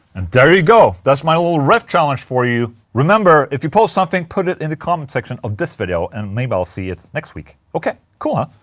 and there you go, that's my little riff challenge for you remember, if you post something put it in the comment section of this video and maybe i'll see it next week. ok? cool, huh?